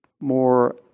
more